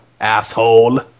asshole